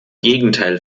gegenteil